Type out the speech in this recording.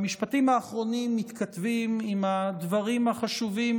המשפטים האחרונים מתכתבים עם הדברים החשובים